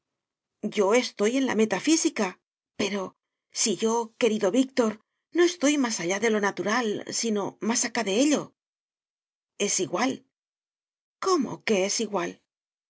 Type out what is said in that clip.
yo estoy en la metafísica pero si yo querido víctor no estoy más allá de lo natural sino más acá de ello es igual cómo que es igual